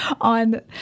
on